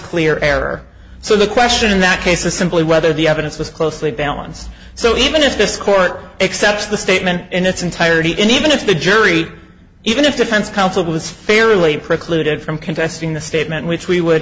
clear error so the question in that case is simply whether the evidence was closely balance so even if this court excepts the statement in its entirety in even if the jury even if defense counsel was fairly precluded from contesting the statement which we would